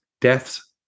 deaths